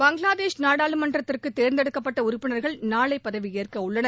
பங்களாதேஷ் நாடாளுமன்றத்திற்கு தேர்ந்தெடுக்கப்பட்ட உறப்பினர்கள் நாளை பதவியேற்க உள்ளனர்